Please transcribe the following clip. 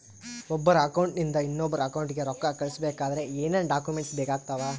ಒಬ್ಬರ ಅಕೌಂಟ್ ಇಂದ ಇನ್ನೊಬ್ಬರ ಅಕೌಂಟಿಗೆ ರೊಕ್ಕ ಕಳಿಸಬೇಕಾದ್ರೆ ಏನೇನ್ ಡಾಕ್ಯೂಮೆಂಟ್ಸ್ ಬೇಕಾಗುತ್ತಾವ?